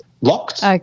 locked